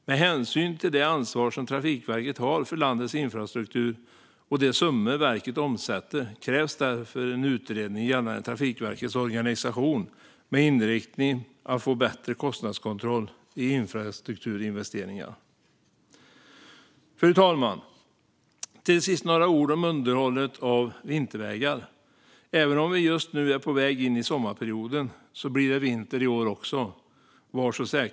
Med hänsyn till det ansvar som Trafikverket har för landets infrastruktur och de summor verket omsätter krävs därför en utredning gällande Trafikverkets organisation med inriktningen att få bättre kostnadskontroll i infrastrukturinvesteringar. Fru talman! Till sist några ord om underhållet av vintervägar. Även om vi just nu är på väg in i sommarperioden blir det vinter i år också - var så säkra!